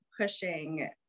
pushing